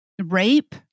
rape